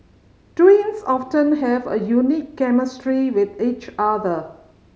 twins often have a unique chemistry with each other